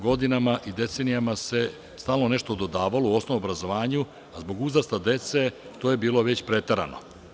Godinama i decenijama se stalno nešto dodavalo u osnovnom obrazovanju, a zbog uzrasta dece to je bilo već preterano.